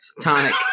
Tonic